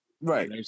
Right